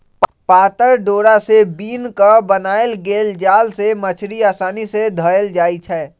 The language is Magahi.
पातर डोरा से बिन क बनाएल गेल जाल से मछड़ी असानी से धएल जाइ छै